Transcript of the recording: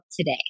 today